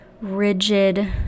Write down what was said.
rigid